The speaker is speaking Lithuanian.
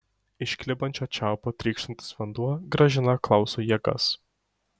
iš klibančio čiaupo trykštantis vanduo grąžina klausui jėgas